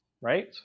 right